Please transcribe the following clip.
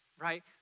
right